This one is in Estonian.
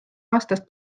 aastast